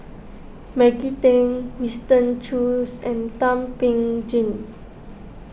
Maggie Teng Winston Choos and Thum Ping Tjin